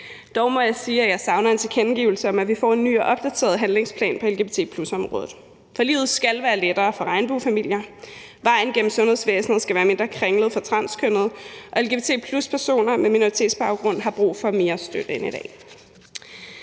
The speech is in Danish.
Dog må jeg sige, at jeg savner en tilkendegivelse om, at vi får en ny og opdateret handlingsplan på lgbt+-området, for livet skal være lettere for regnbuefamilier. Vejen gennem sundhedsvæsenet skal være mindre kringlet for transkønnede, og lgbt+-personer med minoritetsbaggrund har brug for mere støtte end i dag.